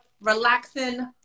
relaxing